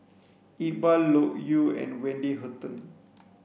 Iqbal Loke Yew and Wendy Hutton